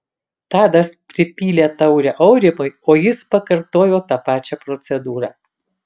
tadas pripylė taurę aurimui o jis pakartojo tą pačią procedūrą